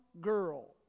girl